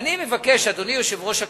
אני מבקש, אדוני יושב-ראש הכנסת,